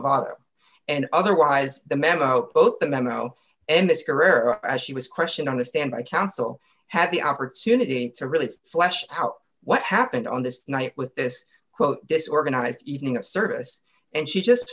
laval and otherwise the memo out both the memo and this career as she was questioned on the stand by counsel had the opportunity to really flesh out what happened on this night with this quote disorganized evening service and she just